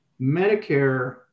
Medicare